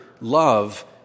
love